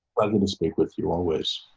like will will speak with you always.